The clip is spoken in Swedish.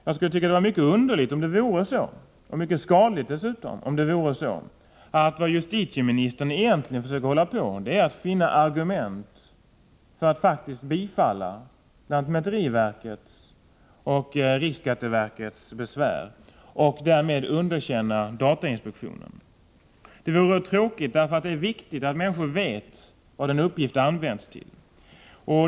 Det skulle vara mycket underligt, och dessutom mycket skadligt, om det vore så att vad justitieministern egentligen försöker göra är att finna argument för att bifalla lantmäteriverkets och riksskatteverkets besvär och därmed underkänna datainspektionens ställningstagande. Det vore tråkigt, för det är viktigt att människor vet vad en uppgift används till.